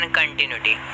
continuity